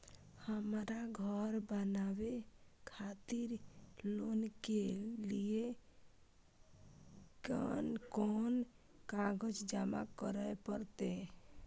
हमरा घर बनावे खातिर लोन के लिए कोन कौन कागज जमा करे परते?